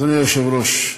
אדוני היושב-ראש,